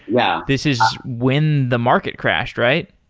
yeah this is when the market crashed, right?